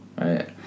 right